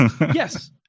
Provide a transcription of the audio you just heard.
Yes